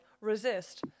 resist